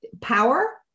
power